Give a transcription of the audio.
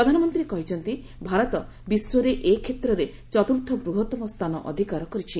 ପ୍ରଧାନମନ୍ତ୍ରୀ କହିଛନ୍ତି ଭାରତ ବିଶ୍ୱରେ ଏ କ୍ଷେତ୍ରରେ ଚତୁର୍ଥ ବୃହତ୍ତମ ସ୍ଥାନ ଅଧିକାର କରିଛି